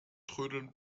trödeln